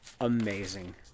amazing